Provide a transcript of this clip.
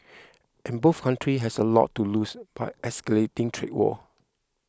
and both countries has a lot to lose by escalating trade war